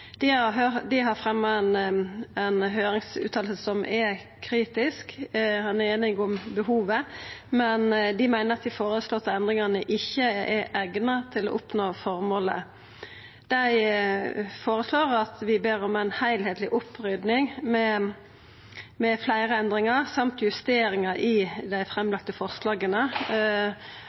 Dei har fremja ein høyringsuttale som er kritisk. Ein er einig om behovet, men dei meiner at dei føreslåtte endringane ikkje er eigna til å oppnå formålet. Dei føreslår at vi ber om ei heilskapleg opprydding med fleire endringar og justeringar i dei framlagde forslaga,